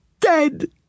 dead